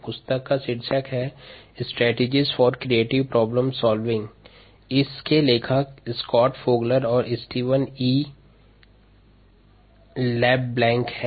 पुस्तक का शीर्षक strategies for creative problem solving है जिसके लेखक स्कॉट फोगलर और स्टीवन ई लेब्लैंक हैं